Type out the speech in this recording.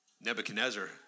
Nebuchadnezzar